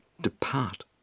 Depart